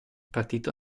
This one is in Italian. partito